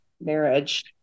marriage